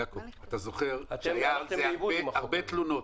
יעקב, אתה זוכר, היו על זה הרבה תלונות.